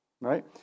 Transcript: right